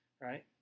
Right